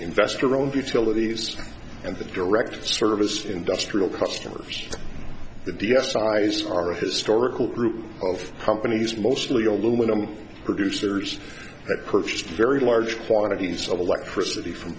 investor owned utilities and the direct service industrial customers that the u s ties are a historical group of companies mostly aluminum producers that purchased very large quantities of electricity from